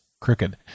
crooked